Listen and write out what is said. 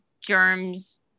germs